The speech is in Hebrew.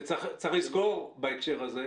וצריך לזכור בהקשר זה,